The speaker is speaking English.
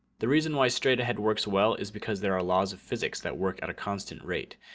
the reason why straight ahead works well is because there are laws of physics that work at a constant rate.